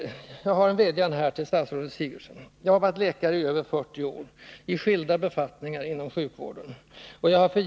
Jag har en vädjan till statsrådet Sigurdsen. Jag har varit läkare i över 40 år i skilda befattningar inom sjukvården.